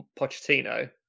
Pochettino